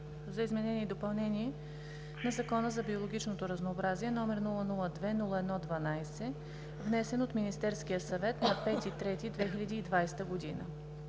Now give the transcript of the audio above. за изменение и допълнение на Закона за биологичното разнообразие, № 002-01-12, внесен от Министерски съвет на 5 март 2020 г.